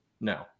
no